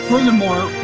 Furthermore